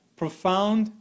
profound